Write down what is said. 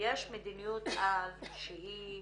יש מדיניות על שהיא